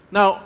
Now